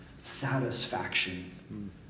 satisfaction